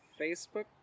Facebook